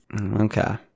Okay